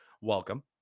welcome